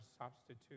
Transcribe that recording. substitute